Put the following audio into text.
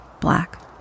Black